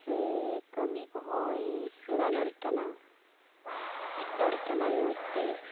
ᱥᱮ ᱠᱟᱹᱢᱤ ᱠᱚᱦᱚᱸᱭ ᱥᱮᱬᱟ ᱫᱟᱲᱮᱭᱟᱜ ᱠᱟᱱᱟ ᱪᱮᱫ ᱫᱟᱲᱮᱭᱟᱜ ᱠᱟᱱᱟᱭ ᱢᱚᱸᱡᱽ ᱛᱮ